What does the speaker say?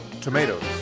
Tomatoes